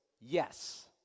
yes